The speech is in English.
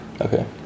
Okay